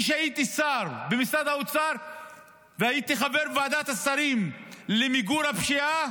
כשהייתי שר במשרד האוצר והייתי חבר ועדת השרים למיגור הפשיעה,